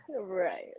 Right